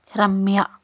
Ramya